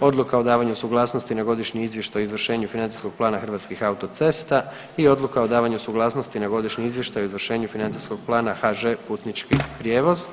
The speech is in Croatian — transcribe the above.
Odluka o davanju suglasnosti na Godišnji izvještaj o izvršenju Financijskog plana Hrvatskih autocesta i Odluka o davanju suglasnosti na Godišnji izvještaj o izvršenju Financijskog plana HŽ Putnički prijevoz.